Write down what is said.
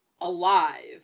alive